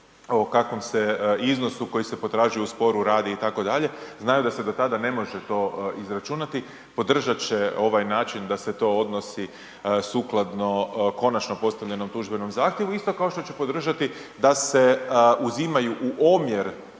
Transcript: o kakvom se iznosu koji se potražuje u sporu radi itd., znaju da se do tada ne može to izračunati, podržat će ovaj način da se to odnosi sukladno konačno postavljenom tužbenom zahtjevu. Isto kao što će podržati da se uzimaju u omjer